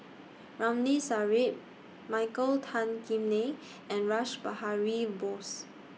Ramli Sarip Michael Tan Kim Nei and Rash Behari Bose